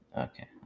Okay